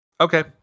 Okay